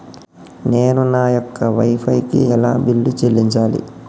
నేను నా యొక్క వై ఫై కి ఎలా బిల్లు చెల్లించాలి?